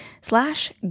slash